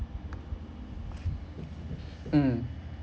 mm